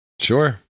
sure